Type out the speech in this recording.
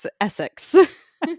Essex